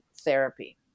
therapy